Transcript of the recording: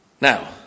Now